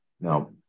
Now